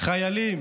חיילים,